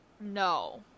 No